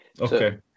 Okay